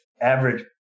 average